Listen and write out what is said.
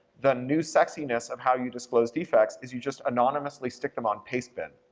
the new sexiness of how you disclose defects is you just anonymously stick them on pacebin,